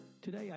Today